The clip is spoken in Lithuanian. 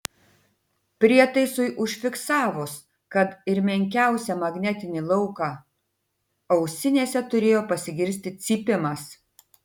prietaisui užfiksavus kad ir menkiausią magnetinį lauką ausinėse turėjo pasigirsti cypimas